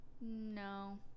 No